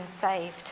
saved